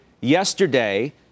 yesterday